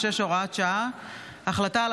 (הוראת שעה,